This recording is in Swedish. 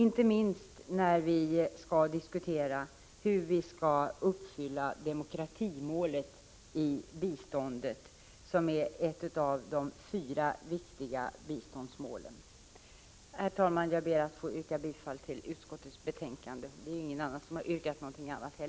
Inte minst kommer vi att diskutera den frågan i samband med debatten om hur demokratimålet i biståndet skall uppnås. Det är ett av de fyra viktiga biståndsmålen. Herr talman! Jag ber att få yrka bifall till utskottets hemställan. Det är förresten ingen som har yrkat något annat. till Israel.